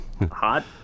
hot